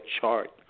chart